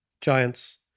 giants